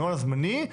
הנוהל הזמני,